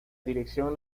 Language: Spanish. dirección